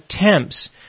attempts